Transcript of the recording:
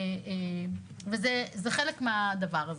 זה חלק מהדבר הזה.